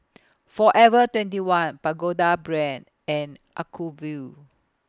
Forever twenty one Pagoda Brand and Acuvue